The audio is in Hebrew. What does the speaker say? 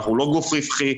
אנחנו לא גוף רווחי,